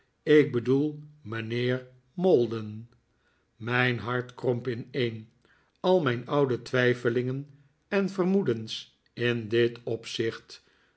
ik bedoel mijnheer maldon mijn hart kromp ineen al mijn oude twijfelingen en vermoedens in dit opzicht